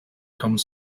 come